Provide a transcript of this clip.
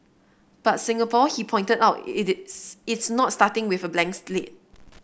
but Singapore he pointed out it is it's not starting with a blank slate